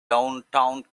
downtown